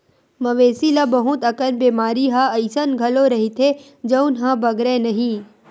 मवेशी ल बहुत अकन बेमारी ह अइसन घलो रहिथे जउन ह बगरय नहिं